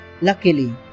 Luckily